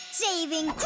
saving